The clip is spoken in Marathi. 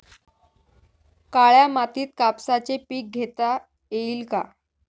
काळ्या मातीत कापसाचे पीक घेता येईल का?